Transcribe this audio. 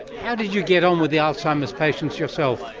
how did you get on with the alzheimer's patients yourself?